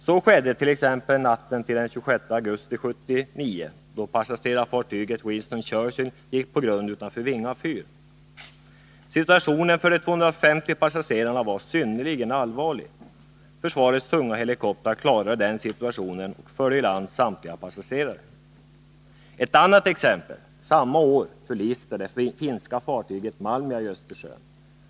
Så skedde t.ex. natten den 26 augusti 1979 då passagerarfartyget Winston Churchill gick på grund utanför Vinga fyr. Situationen för de 250 passagerarna var synnerligen allvarlig. Försvarets tunga helikoptrar klarade den situationen och förde i land samtliga passagerare. Ett annat exempel! Samma år förliste det finska Malmi i Östersjön.